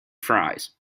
fries